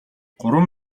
гурван